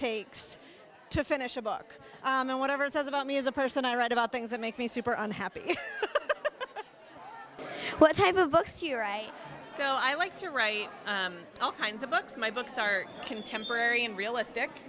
takes to finish a book or whatever it says about me as a person i write about things that make me super unhappy what type of books your i so i like to write all kinds of books my books are contemporary and realistic